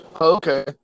Okay